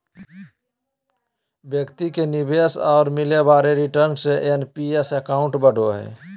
व्यक्ति के निवेश और मिले वाले रिटर्न से एन.पी.एस अकाउंट बढ़ो हइ